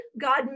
God